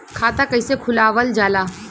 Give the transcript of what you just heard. खाता कइसे खुलावल जाला?